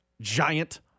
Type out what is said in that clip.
giant